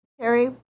Terry